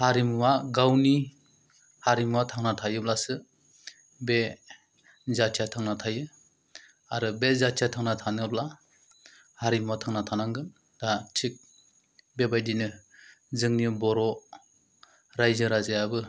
हारिमुवा गावनि हारिमुवा थांना थायोब्लासो बे जाथिया थांना थायो आरो बे जाथिया थांना थानोब्ला हारिमुवा थांना थानांगोन दा थिग बेबायदिनो जोंनि बर' रायजो राजायाबो